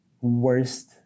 worst